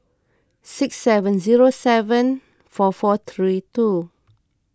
six seven zero seven four four three two